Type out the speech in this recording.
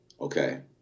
okay